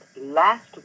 last